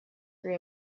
her